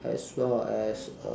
as well as uh